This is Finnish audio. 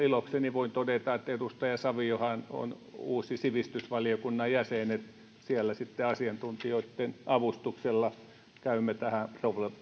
ilokseni voin todeta että edustaja saviohan on uusi sivistysvaliokunnan jäsen ja että siellä sitten asiantuntijoitten avustuksella käymme tähän